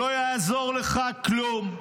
לא יעזור לך כלום.